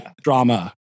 drama